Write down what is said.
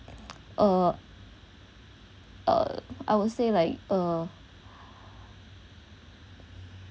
uh I would say like uh